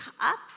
up